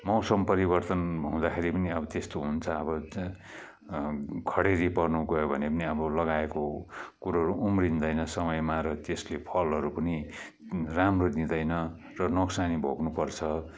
मौसम परिवर्तन हुँदाखेरि पनि अब त्यस्तो हुन्छ अब खडेरी पर्नु गयो भने पनि अब लगाएको कुरोहरू उम्रिँदैन समयमा र त्यसले फलहरू पनि राम्रो दिँदैन र नोक्सानी भोग्नुपर्छ